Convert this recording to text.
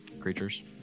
creatures